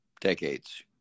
decades